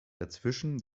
dazwischen